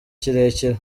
kirekire